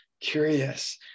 curious